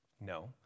No